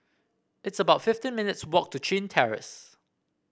it's about fifteen minutes' walk to Chin Terrace